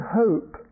hope